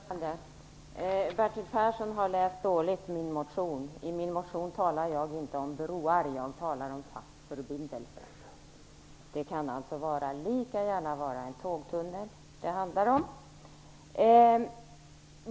Herr talman! Bertil Persson har läst min motion dåligt. Där talar jag inte om broar, utan jag talar om en fast förbindelse. Det kan alltså lika gärna vara en tågtunnel det handlar om.